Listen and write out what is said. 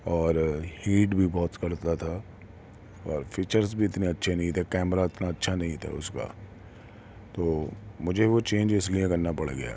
اور ہیٹ بھی بہت کرتا تھا اور فیچرس بھی اتنے اچھے نہیں تھے کیمرہ اتنا اچھا نہیں تھا اس کا تو مجھے وہ چینج اس لیے کرنا پڑ گیا